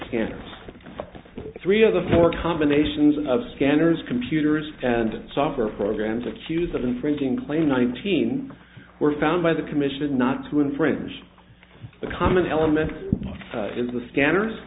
scanners three of the four combinations of scanners computers and software programs accused of infringing claim nineteen were found by the commission not to infringe on the common element is the scanners